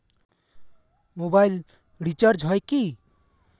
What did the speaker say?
Mobile recharge হয় কি?